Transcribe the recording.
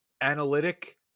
analytic